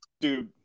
Dude